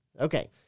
Okay